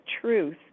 truth